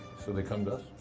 so they come to us.